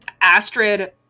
astrid